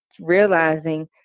realizing